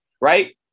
right